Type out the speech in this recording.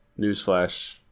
Newsflash